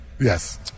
Yes